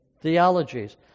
theologies